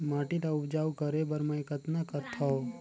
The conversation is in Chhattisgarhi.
माटी ल उपजाऊ करे बर मै कतना करथव?